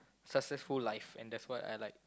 successful life and that's what I like